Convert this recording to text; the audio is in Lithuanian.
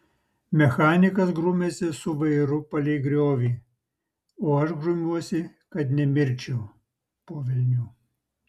mechanikas grumiasi su vairu palei griovį o aš grumiuosi kad nemirčiau po velnių